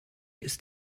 ist